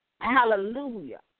hallelujah